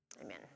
Amen